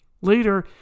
Later